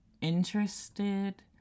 interested